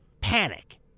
panic